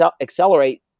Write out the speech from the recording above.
accelerate